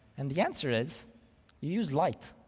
and the answer is use light.